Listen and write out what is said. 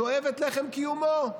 שואב את לחם קיומו.